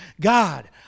god